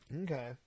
Okay